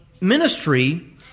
ministry